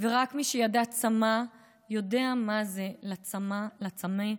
/ ורק מי שידע צמא, יודע / מה זה לצמא ולשורד.